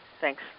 thanks